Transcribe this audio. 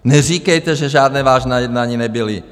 Neříkejte, že žádná vážná jednání nebyla.